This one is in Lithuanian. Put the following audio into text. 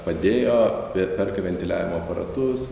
padėjo ir perka ventiliavimo aparatus